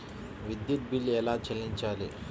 విద్యుత్ బిల్ ఎలా చెల్లించాలి?